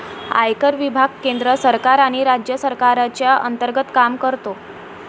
आयकर विभाग केंद्र सरकार आणि राज्य सरकारच्या अंतर्गत काम करतो